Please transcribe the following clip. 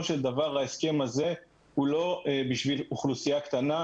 של דבר ההסכם הזה הוא לא בשביל אוכלוסייה קטנה,